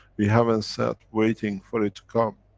we haven't sat waiting for it to come.